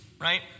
right